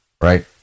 right